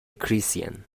christian